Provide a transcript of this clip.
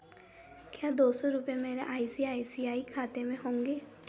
क्या दो सौ रुपये मेरे I C I C I खाते में होंगे